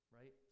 Right